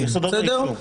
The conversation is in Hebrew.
האישום, יסודות האישום.